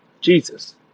Jesus